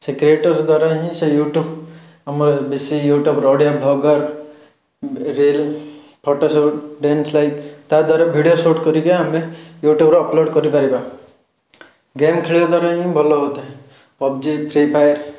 ସେ କ୍ରିଏଟର୍ସ ଦ୍ୱାରା ହିଁ ସେ ୟୁଟ୍ୟୁବ୍ ଆମର ବେଶୀ ୟୁଟ୍ୟୁବ୍ର Odia blogger reel photoshoot dance life ତା' ଦ୍ୱାରା ଭିଡ଼ିଓ ସୁଟ୍ କରିକି ଆମେ ୟୁଟ୍ୟୁବ୍ରେ ଅପଲୋଡ଼୍ କରିପାରିବା ଗେମ୍ ଖେଳିବାଦ୍ୱାରା ହିଁ ଭଲ ହୋଇଥାଏ ପବଜି ଫ୍ରୀ ଫାୟାର୍